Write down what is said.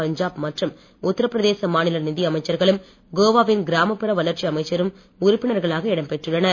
பஞ்சாப் மற்றும் உத்திரப் பிரதேச மாநில நிதி அமைச்சர்களும் கோவாவின் கிராமப்புற வளர்ச்சி அமைச்சரும் உறுப்பினர்களாக இடம்பெற்றுள்ளனர்